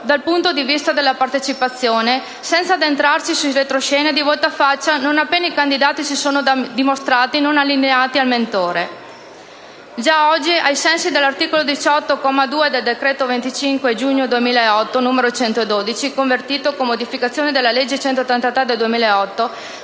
dal punto di vista della partecipazione, senza addentrarci nei retroscena e nei voltafaccia non appena i candidati si sono dimostrati non allineati al mentore. Già oggi, ai sensi dell'articolo 18, comma 2, del decreto-legge 25 giugno 2008, n. 112, convertito, con modificazioni, dalla legge n. 133 del 2008,